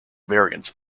variants